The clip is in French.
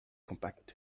compacts